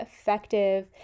effective